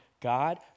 God